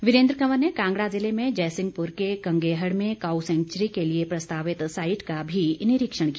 वीरेन्द्र कंवर ने कांगड़ा ज़िले में जयसिंहपुर के कंगेहण में काउ सेंक्चूरी के लिए प्रस्तावित साइट का भी निरीक्षण किया